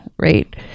Right